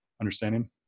understanding